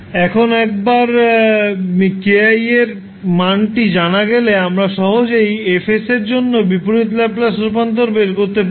এখন একবার 𝑘𝑖 এর মানটি জানা গেলে আমরা সহজেই F এর জন্য বিপরীত ল্যাপ্লাস রূপান্তর বের করতে পারি